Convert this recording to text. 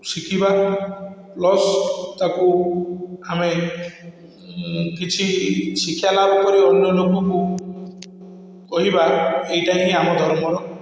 ଶିଖିବା ପ୍ଲସ୍ ତାକୁ ଆମେ କିଛି ଶିକ୍ଷା ଲାଭ କରି ଅନ୍ୟ ଲୋକକୁ କହିବା ଏଇଟା ହିଁ ଆମ ଧର୍ମ